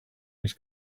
his